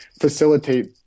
facilitate